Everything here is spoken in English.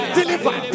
deliver